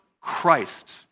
Christ